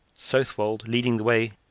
southwold leading the way.